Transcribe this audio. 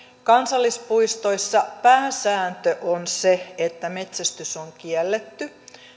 kansallispuistoissa pääsääntö on se että metsästys on kielletty